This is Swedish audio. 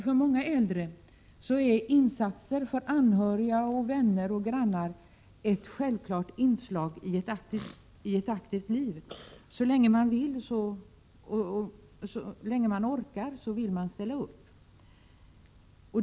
För många äldre är insatser för anhöriga, vänner och grannar ett självklart inslag ett aktivt liv. Så länge man vill och orkar ställer man upp.